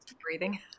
breathing